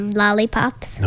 lollipops